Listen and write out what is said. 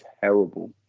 terrible